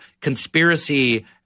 conspiracy